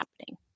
happening